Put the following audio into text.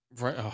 Right